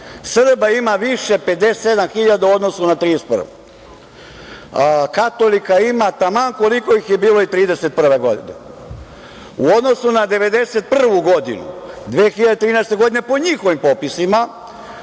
Srba ima više 57.000 u odnosu na 1931. godinu. Katolika ima taman koliko ih je bilo i 1931. godine. U odnosu na 1991. godinu, 2013. godine, po njihovim popisima,